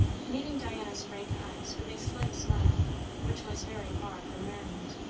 meeting diana's frank eyes with a slight smile which was very far from merriment.